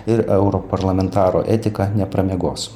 ir europarlamentaro etiką nepramiegos